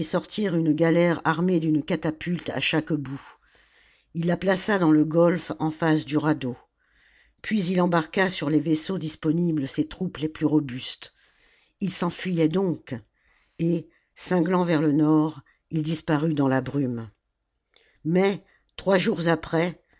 une galère armée d'une catapulte à chaque bout il la plaça dans le golfe en face du radeau puis il embarqua sur les vaisseaux disponibles ses troupes les plus robustes ii s'enfuyait donc et cinglant vers le nord il disparut dans la brume mais trois jours après